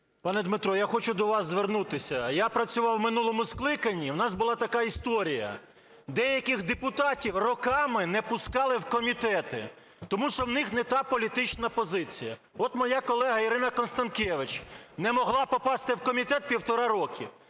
Пане Дмитро, я хочу до вас звернутися. Я працював у минулому скликанні, у нас була така історія: деяких депутатів роками не пускали в комітети, тому що в них не та політична позиція. От моя колега Ірина Констанкевич не могла попасти в комітет півтора роки.